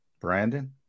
Brandon